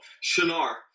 Shinar